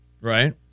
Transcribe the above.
Right